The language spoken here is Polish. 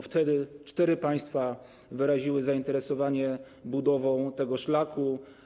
Wtedy cztery państwa wyraziły zainteresowanie budową tego szlaku.